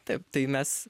taip tai mes